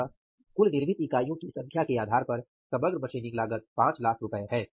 अतः कुल निर्मित इकाइयों की संख्या के आधार पर समग्र मशीनिंग लागत 500000 है